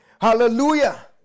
Hallelujah